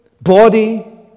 body